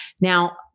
Now